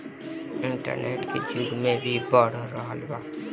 internet के जुग में बढ़त साइबर क्राइम के कारण वित्तीय अपराध भी बढ़ रहल बा